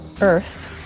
Earth